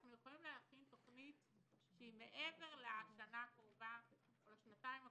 אנחנו יכולים להכין תוכנית שהיא מעבר לשנה הקרובה או לשנתיים הקרובות.